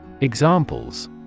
Examples